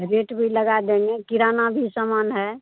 rate भी लगा देंगे किराना भी सामान है